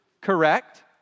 correct